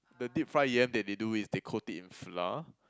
the deep fry yam that they do is they coat it in flour